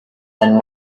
and